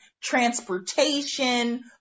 transportation